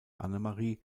annemarie